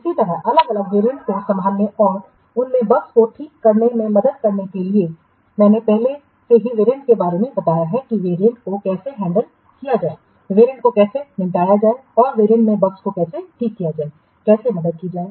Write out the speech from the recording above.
इसी तरह अलग अलग वेरिएंट को संभालने और उनमें बग्स को ठीक करने में मदद करने के लिए मैंने पहले से ही वेरिएंट के बारे में बताया है कि वेरिएंट को कैसे हैंडल किया जाए वेरिएंट को कैसे निपटाया जाए और वेरिएंट में बग्स को कैसे ठीक किया जाए कैसे मदद की जाए